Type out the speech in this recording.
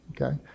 Okay